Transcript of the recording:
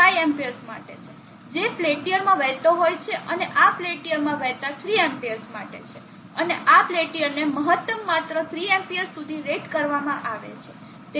5 Amps માટે છે જે પેલ્ટીઅરમાં વહેતો હોય છે અને આ પેલ્ટીઅરમાં વહેતા 3 Amps માટે છે અને આ પેલ્ટીયરને મહત્તમ માત્ર 3 Amps સુધી રેટ કરવામાં આવે છે